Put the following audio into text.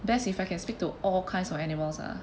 best if I can speak to all kinds of animals ah